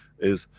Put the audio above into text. is,